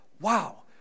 wow